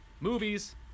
movies